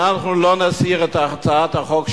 אנחנו לא נסיר את הצעת החוק שלנו,